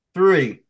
Three